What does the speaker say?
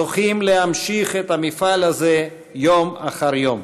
זוכים להמשיך את המפעל הזה יום אחר יום.